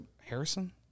Harrison